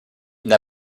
n’a